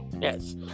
Yes